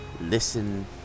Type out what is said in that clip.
listen